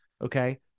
Okay